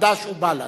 חד"ש ובל"ד,